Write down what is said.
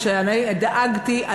ואני דאגתי,